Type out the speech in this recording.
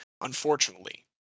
unfortunately